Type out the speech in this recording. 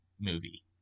movie